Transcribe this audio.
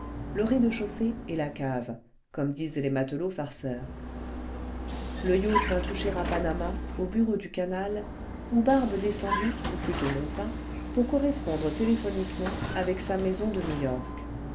le rez-de-chaussée et la cave comme disent les matelots farceurs le yacht vint toucher à panama aux bureaux du canal où barbe descendit ou plutôt monta pour correspondre téléphoniquement avec sa maison le vingtième siècle de new-york